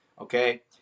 okay